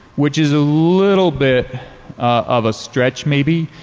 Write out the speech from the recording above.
which is a little bit of a stretch maybe.